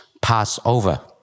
Passover